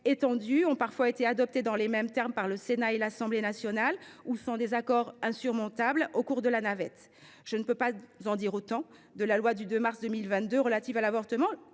ont parfois été adoptées dans les mêmes termes par le Sénat et l’Assemblée nationale, ou sans désaccord insurmontable au cours de la navette. Je ne peux pas en dire autant de la loi du 2 mars 2022, que le Sénat a rejetée